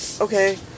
Okay